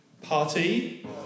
Party